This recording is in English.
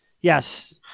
Yes